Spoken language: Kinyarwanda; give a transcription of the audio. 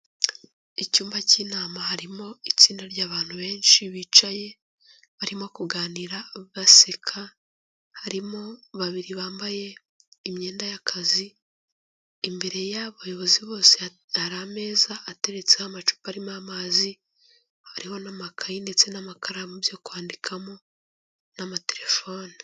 Icyumba cy'inama harimo itsinda ry'abantu benshi bicaye barimo kuganira baseka, harimo babiri bambaye imyenda y'akazi, imbere y'abayobozi bose hari ameza ateretseho amacupa arimo amazi, hari n'amakayi ndetse n'amakaramu byo kwandikamo n'amatelefone.